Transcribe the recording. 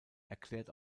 erklärt